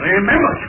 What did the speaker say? Remember